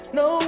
no